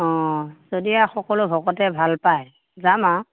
অ যদি আৰু সকলো ভকতে ভাল পায় যাম আৰু